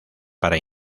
para